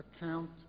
account